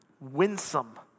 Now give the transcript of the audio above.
winsome